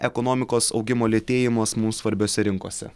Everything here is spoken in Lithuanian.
ekonomikos augimo lėtėjimas mums svarbiose rinkose